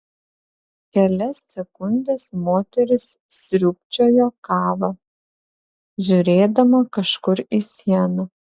kelias sekundes moteris sriūbčiojo kavą žiūrėdama kažkur į sieną